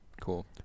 Cool